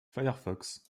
firefox